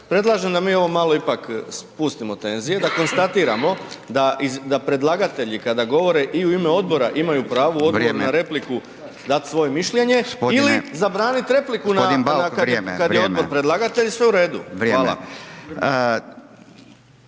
predlažem da mi ovdje malo ipak spustimo tenzije, da konstatiramo, da predlagatelji kada govore i u ime odbora imaju pravo u odgovor na repliku dati svoje mišljenje ili zabraniti repliku na …/Upadica Radin: Gospodin Bauk,